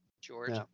George